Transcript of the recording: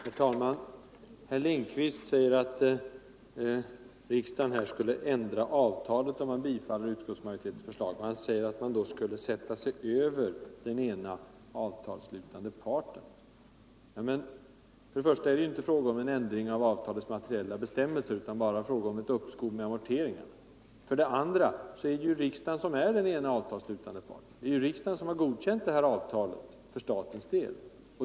Herr talman! Herr Lindkvist säger att riksdagen skulle ändra avtalet om den bifaller utskottsmajoritetens förslag. Han anser att riksdagen då skulle sätta sig över den ena avtalsslutande parten. För det första är det inte fråga om en ändring av avtalets materiella bestämmelser, utan bara om ett uppskov med amorteringar. För det andra är det riksdagen som är den ena avtalsslutande parten. Riksdagen har godkänt det här avtalet för statens del.